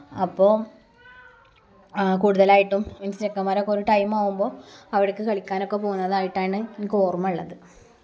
അപ്പോള് കൂടുതലായിട്ടും മീൻസ് ചെക്കന്മാരൊക്കെ ഒരു ടൈമാവുമ്പോള് അവിടേക്ക് കളിക്കാനൊക്കെ പോകുന്നതായിട്ടാണ് എനിക്ക് ഓര്മ്മയുള്ളത്